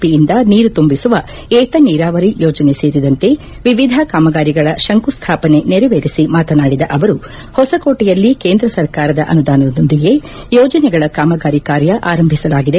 P ಯಿಂದ ನೀರು ತುಂಬಿಸುವ ಏತ ನೀರಾವರಿ ಯೋಜನೆ ಸೇರಿದಂತೆ ವಿವಿಧ ಕಾಮಗಾರಿಗಳ ಶಂಕುಸ್ಥಾಪನೆ ನೆರವೇರಿಸಿ ಮಾತನಾಡಿದ ಅವರು ಹೊಸಕೋಟೆಯಲ್ಲಿ ಕೇಂದ್ರ ಸರ್ಕಾರದ ಅನುದಾನದೊಂದಿಗೆ ಯೋಜನೆಗಳ ಕಾಮಗಾರಿ ಕಾರ್ಯ ಆರಂಭಿಸಲಾಗಿದೆ